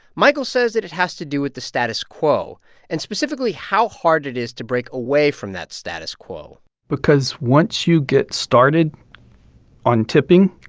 michael says that it has to do with the status quo and, specifically, how hard it is to break away from that status quo because once you get started on tipping,